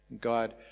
God